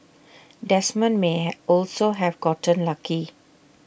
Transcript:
Desmond may also have gotten lucky